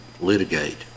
litigate